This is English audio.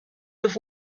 have